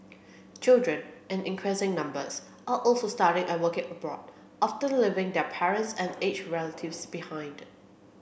children in increasing numbers are also studying and working abroad often leaving their parents and aged relatives behind